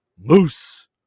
moose